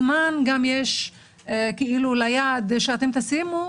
אבל יש ישובים כפריים ואזורי פריפריה שאין מה לעשות,